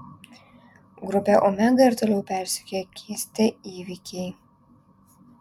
grupę omega ir toliau persekioja keisti įvykiai